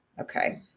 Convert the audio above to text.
Okay